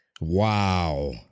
Wow